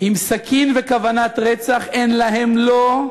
עם סכין וכוונת רצח, אין להם, לא,